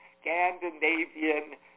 Scandinavian